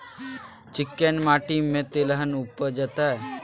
चिक्कैन माटी में तेलहन उपजतै?